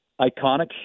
iconic